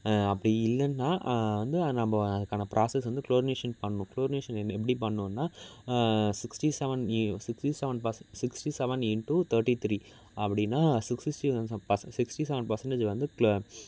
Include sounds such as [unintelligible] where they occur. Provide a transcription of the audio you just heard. அப்படி இல்லைன்னா வந்து நம்ம அதுக்கான ப்ராஸஸ் வந்து குளோரினேஷன் பண்ணணும் குளோரினேஷன் என்ன எப்படி பண்ணணும்னா sixty seven [unintelligible] sixty seven percent sixty seven into thirty three அப்படின்னா சிக்ஸ்ட்டி செவன் பர்சன்டேஜ் வந்து [unintelligible]